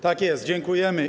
Tak jest, dziękujemy.